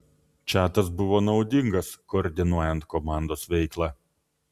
čatas buvo naudingas koordinuojant komandos veiklą